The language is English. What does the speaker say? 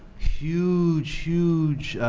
huge, huge